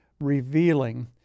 revealing